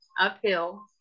uphill